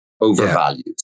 overvalued